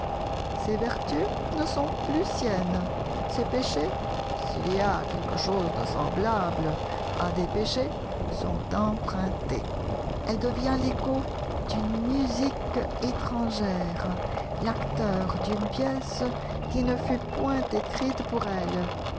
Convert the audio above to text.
ses vertus ne sont plus siennes ses péchés s'il y a quelque chose de semblable à des péchés sont empruntés elle devient l'écho d'une musique étrangère l'acteur d'une pièce qui ne fut point écrite pour elle